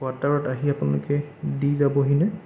কোৱাটাৰত আহি আপোনালোকে দি যাবহি নে